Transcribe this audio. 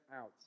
out